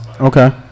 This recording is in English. Okay